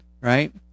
right